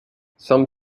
some